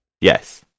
Yes